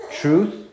truth